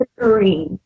three